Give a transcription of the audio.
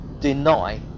deny